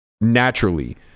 naturally